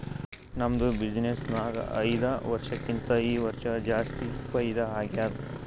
ನಮ್ದು ಬಿಸಿನ್ನೆಸ್ ನಾಗ್ ಐಯ್ದ ವರ್ಷಕ್ಕಿಂತಾ ಈ ವರ್ಷ ಜಾಸ್ತಿ ಫೈದಾ ಆಗ್ಯಾದ್